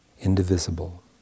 indivisible